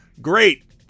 great